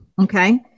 Okay